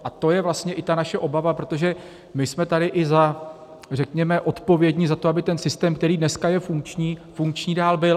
A to je vlastně i ta naše obava, protože my jsme tady i, řekněme, odpovědní za to, aby ten systém, který dneska je funkční, funkční dál byl.